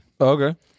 Okay